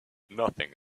nothing